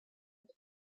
under